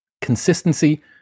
consistency